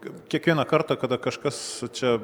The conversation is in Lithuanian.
kiekvieną kartą kada kažkas čia